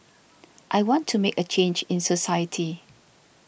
I want to make a change in society